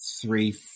three